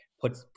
put